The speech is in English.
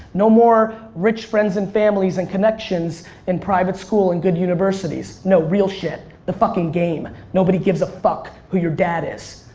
no more rich friends and families and connections in private school and good universities. no, real shit. the fucking game. nobody gives a fuck who your dad is.